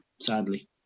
sadly